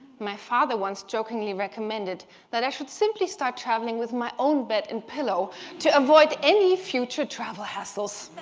my father once jokingly recommended that i should simply start traveling with my own bed and pillow to avoid any future travel hassles.